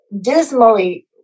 dismally